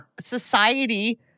society